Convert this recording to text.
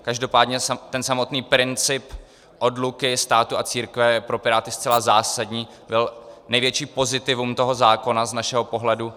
Každopádně ten samotný princip odluky státu a církve je pro Piráty zcela zásadní, největší pozitivum toho zákona z našeho pohledu.